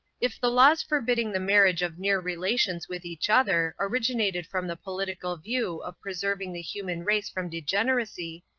if the laws forbidding the marriage of near relations with each other, originated from the political view of preserving the human race from degeneracy,